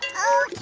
are